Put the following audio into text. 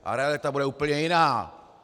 A realita bude úplně jiná!